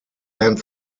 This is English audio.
land